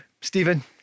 Stephen